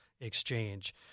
exchange